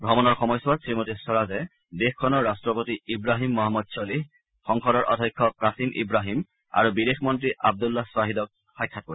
ভ্ৰমণৰ সময়ছোৱাত শ্ৰীমতী স্বৰাজে দেশখনৰ ৰাট্টপতি ইৱাহিম মহম্মদ ছলিহ সংসদৰ অধ্যক্ষ কাছিম ইৱাহিম আৰু বিদেশ মন্ত্ৰী আব্দুল্লা শ্বাহিদক সাক্ষাৎ কৰিব